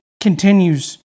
continues